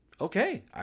Okay